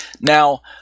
Now